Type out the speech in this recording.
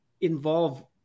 involve